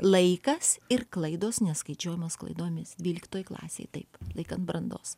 laikas ir klaidos neskaičiuojamos klaidomis dvyliktoj klasėj taip laikant brandos